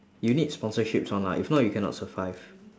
you need sponsorships one lah if not you cannot survive